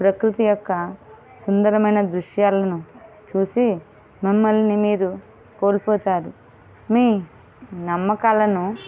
ప్రకృతి యొక్క సుందరమైన దృశ్యాలను చూసి మిమ్మల్ని మీరు కోల్పోతారు మీ నమ్మకాలను